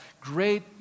great